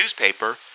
newspaper